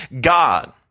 God